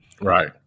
Right